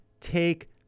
take